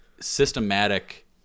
systematic